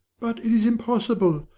but it is impossible.